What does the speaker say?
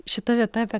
šita vieta apie